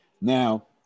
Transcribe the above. now